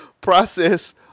process